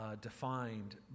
defined